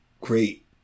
great